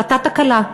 קרתה תקלה.